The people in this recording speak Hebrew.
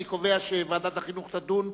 אני קובע שוועדת החינוך תדון,